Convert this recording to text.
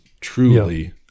truly